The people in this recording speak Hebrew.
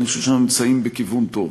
אבל אני חושב שאנחנו נמצאים בכיוון טוב.